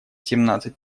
семнадцать